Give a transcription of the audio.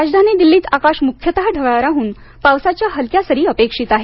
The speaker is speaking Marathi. राजधानी दिल्लीत आकाश मुख्यतः ढगाळ राहून पावसाच्या हलक्या सरी अपेक्षित आहेत